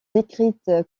décrite